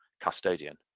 custodian